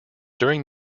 during